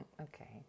Okay